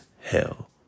hell